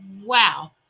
Wow